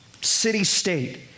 city-state